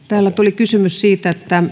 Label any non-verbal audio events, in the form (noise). (unintelligible) täällä tuli kysymys siitä